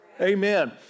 Amen